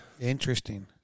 Interesting